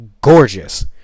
gorgeous